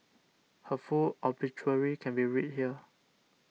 her full obituary can be read here